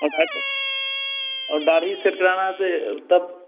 और और दाड़ी सेट कराना है यह तब